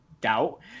doubt